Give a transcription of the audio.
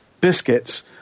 biscuits